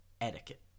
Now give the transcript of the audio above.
etiquette